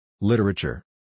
Literature